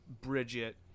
Bridget